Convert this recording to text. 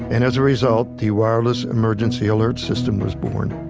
and as a result, the wireless emergency alert system was born